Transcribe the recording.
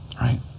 right